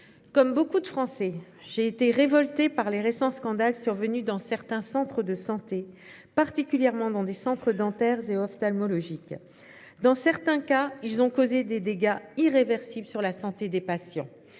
Comme beaucoup de Français, j'ai été révolté par les récents scandales survenus dans certains centres de santé particulièrement dans des centres dentaires et ophtalmologiques dans certains cas, ils ont causé des dégâts irréversibles sur la santé des patients